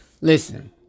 Listen